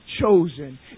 chosen